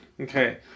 Okay